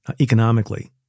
economically